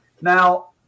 Now